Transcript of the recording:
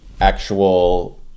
actual